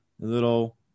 little